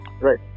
right